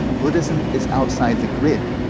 buddhism is outside the grid.